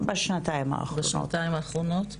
בשנתיים האחרונות.